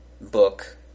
book